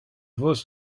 vos